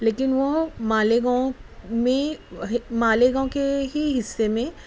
لیکن وہ مالیگاؤں میں مالیگاؤں کے ہی حصّے میں